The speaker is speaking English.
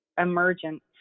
emergent